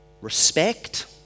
respect